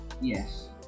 Yes